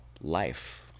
life